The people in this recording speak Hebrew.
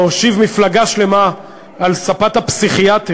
להושיב מפלגה שלמה על ספת הפסיכיאטר,